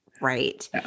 Right